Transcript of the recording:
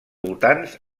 voltants